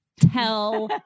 Tell